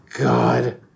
God